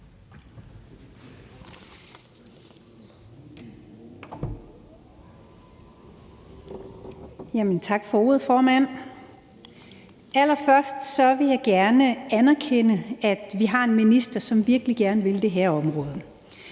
Tak for ordet, formand. Allerførst vil jeg gerne anerkende, at vi har en minister, som virkelig gerne vil det her område,